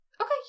Okay